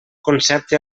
concepte